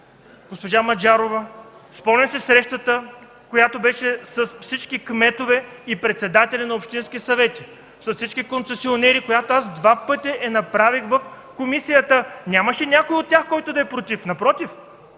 госпожа Маджарова. Спомняте си срещата, която беше с всички кметове и председатели на общински съвети, с всички концесионери, която направих два пъти в комисията. Нямаше някой от тях да е против. Напротив,